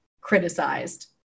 criticized